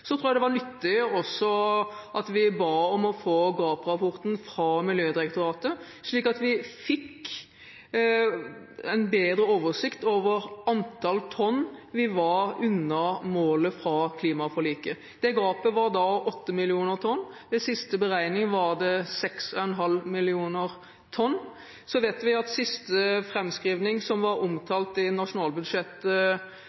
Så tror jeg også det var nyttig at vi ba om å få gap-rapporten fra Miljødirektoratet, slik at vi fikk en bedre oversikt over antallet tonn vi var unna målet fra klimaforliket. Gapet var da på 8 millioner tonn. Ved siste beregning var det på 6,5 millioner tonn. Så vet vi at siste framskriving, som var omtalt i